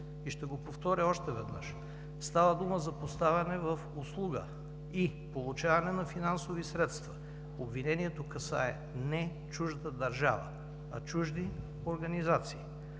Ще го повторя още веднъж, става дума за поставяне в услуга и получаване на финансови средства. Обвинението касае не чужда държава, а чужди организации.